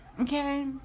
okay